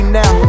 now